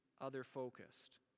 other-focused